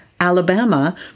Alabama